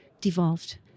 devolved